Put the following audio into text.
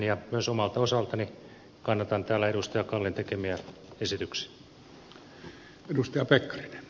ja myös omalta osaltani kannatan täällä edustaja kallin tekemiä esityksiä